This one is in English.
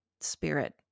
spirit